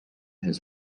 his